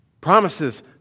Promises